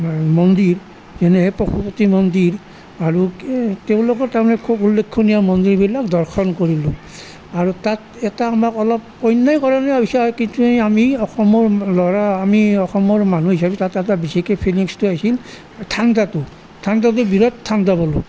মন্দিৰ যেনে পশুপতি মন্দিৰ আৰু কি তেওঁলোকৰ তাৰমানে খুব উল্লেখনীয় মন্দিৰবিলাক দৰ্শন কৰিলোঁ আৰু তাত এটা আমাক অলপ অন্যায়কৰণে হৈছে কিন্তু আমি অসমৰ ল'ৰা আমি অসমৰ মানুহ হিচাপে তাত এটা বিশেষকৈ ফিলিংছটো আহিছিল ঠাণ্ডাটো ঠাণ্ডাটো বিৰাট ঠাণ্ডা পালোঁ